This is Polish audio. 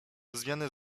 zmiany